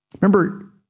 Remember